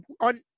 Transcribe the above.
on